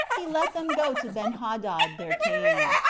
he let them go to benhadad their king.